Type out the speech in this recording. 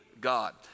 God